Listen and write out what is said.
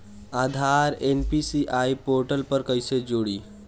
आधार NPCI portal पर कईसे जोड़ी?